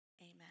Amen